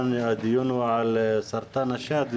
כאן הדיון הוא על סרטן השד,